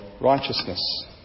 righteousness